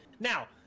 Now